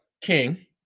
King